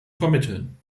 vermitteln